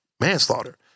manslaughter